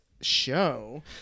show